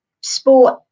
sport